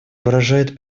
выражает